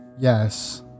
Yes